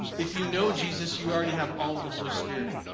if you know jesus, you already have all of the holy spirit.